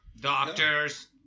doctors